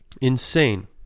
Insane